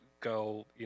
go